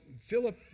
Philip